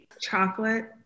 chocolate